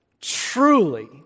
Truly